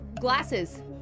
Glasses